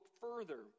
further